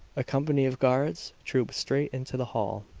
a company of guards trooped straight into the hall,